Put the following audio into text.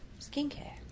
skincare